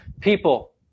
People